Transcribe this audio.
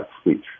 speech